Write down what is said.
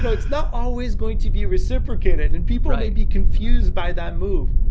so it's not always going to be reciprocated and people may be confused by that move,